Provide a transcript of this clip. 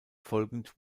folgend